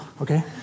Okay